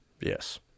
Yes